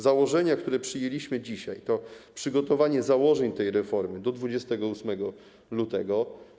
Założenie, które przyjęliśmy dzisiaj, to przygotowanie założeń tej reformy do 28 lutego.